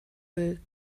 will